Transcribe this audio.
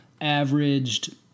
averaged